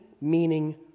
meaning